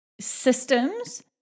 systems